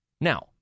Now